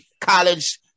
college